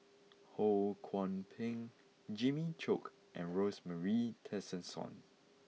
Ho Kwon Ping Jimmy Chok and Rosemary Tessensohn